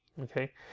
okay